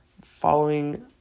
following